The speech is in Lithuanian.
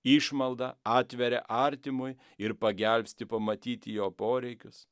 išmalda atveria artimui ir pagelbsti pamatyti jo poreikius